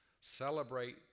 Celebrate